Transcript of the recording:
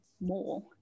more